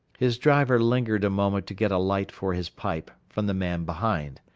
his driver lingered a moment to get a light for his pipe from the man behind.